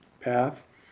path